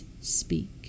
speak